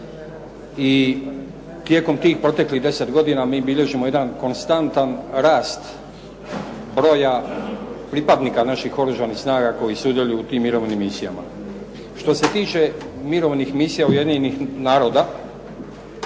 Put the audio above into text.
I tijekom tih proteklih 10 godina mi bilježimo jedan konstantan rast broja pripadnika naših oružanih snaga koji sudjeluju u tim mirovnim misijama. Što se tiče mirovnih misija Ujedinjenih naroda,